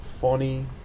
Funny